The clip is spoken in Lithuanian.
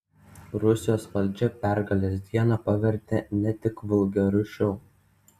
rusijos valdžia pergalės dieną pavertė ne tik vulgariu šou